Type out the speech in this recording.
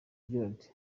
gerard